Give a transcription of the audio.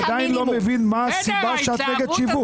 ואני עדיין לא מבין מה הסיבה שאת נגד שיווק.